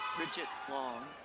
bridget long,